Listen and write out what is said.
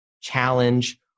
challenge